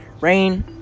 Rain